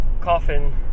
Coffin